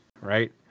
right